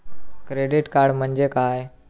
Credit म्हणजे काय?